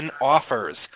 Offers